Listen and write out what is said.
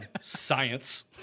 science